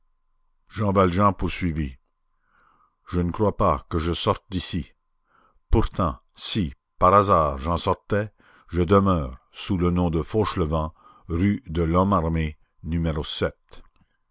jean valjean poursuivit je ne crois pas que je sorte d'ici pourtant si par hasard j'en sortais je demeure sous le nom de fauchelevent rue de lhomme armé numéro